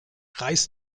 reiß